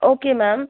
okay ma'am